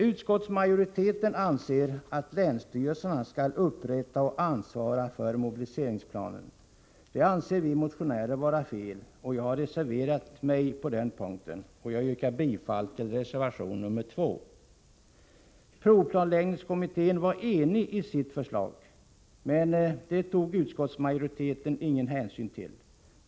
Utskottsmajoriteten anser att länsstyrelserna skall upprätta och ansvara för mobiliseringsplanen. Vi motionärer anser att det är fel, och jag har reserverat mig på den punkten. Jag yrkar bifall till reservation nr 2. Provplanläggningskommittén var enig i sitt förslag, men det tog utskottsmajoriteten ingen hänsyn till.